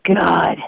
god